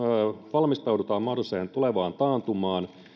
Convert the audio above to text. valmistaudutaan mahdolliseen tulevaan taantumaan